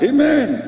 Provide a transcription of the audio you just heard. Amen